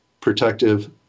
protective